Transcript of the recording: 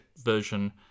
version